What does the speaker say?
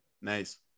Nice